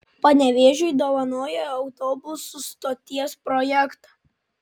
panevėžiui dovanoja autobusų stoties projektą